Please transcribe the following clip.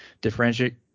differentiate